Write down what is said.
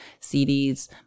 CDs